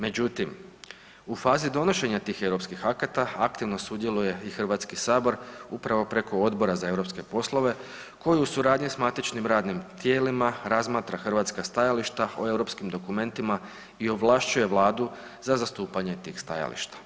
Međutim, u fazi donošenja tih europskih akata aktivno sudjeluje i Hrvatski sabor upravo preko Odbora za europske poslove koji u suradnji s matičnim radnim tijelima razmatra hrvatska stajališta o europskim dokumentima i ovlašćuje Vladu za zastupanje tih stajališta.